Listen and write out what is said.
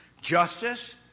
justice